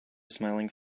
smiling